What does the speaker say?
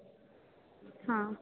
हां